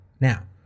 Now